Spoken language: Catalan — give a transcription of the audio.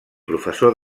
professor